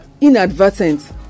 inadvertent